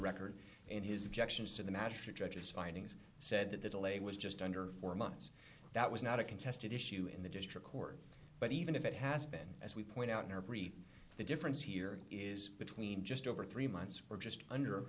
record and his objections to the matter judge's findings said that the delay was just under four months that was not a contested issue in the district court but even if it has been as we point out in our brief the difference here is between just over three months for just under